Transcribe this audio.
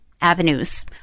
avenues